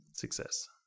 success